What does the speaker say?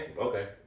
Okay